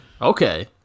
okay